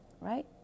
Right